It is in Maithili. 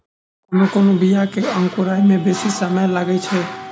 कोनो कोनो बीया के अंकुराय मे बेसी समय लगैत छै